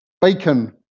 bacon